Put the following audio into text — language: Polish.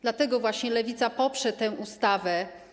Dlatego właśnie Lewica poprze tę ustawę.